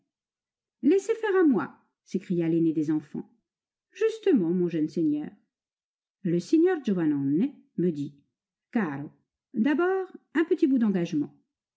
laissez faire à moi s'écria l'aîné des enfants justement mon jeune seigneur le signor giovannone il me dit caro d'abord un petit bout d'engagement